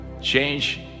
Change